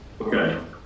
Okay